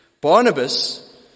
Barnabas